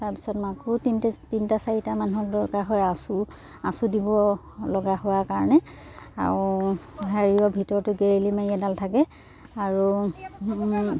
তাৰপিছত মাকো তিনিটা চাৰিটা মানুহক লগা হয় আৰু আঁচু আঁচু দিব লগা হোৱাৰ কাৰণে আৰু হেৰিয়ৰ ভিতৰতো গেৰেলী মাৰি এডাল থাকে আৰু